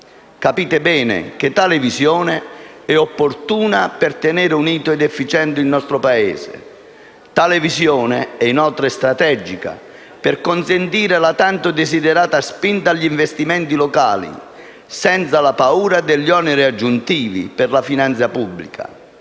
Capite bene che tale visione è opportuna per tenere unito ed efficiente il nostro Paese. Tale visione è inoltre strategica per consentire la tanto desiderata spinta agli investimenti locali, senza la paura degli oneri aggiuntivi per la finanza pubblica.